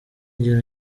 ngero